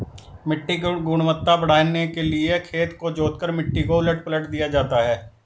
मिट्टी की गुणवत्ता बढ़ाने के लिए खेत को जोतकर मिट्टी को उलट पलट दिया जाता है